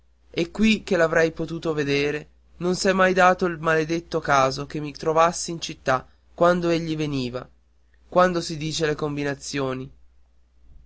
e qui che l'avrei potuto vedere non s'è mai dato il maledetto caso che mi trovassi in città quando egli veniva quando si dice le combinazioni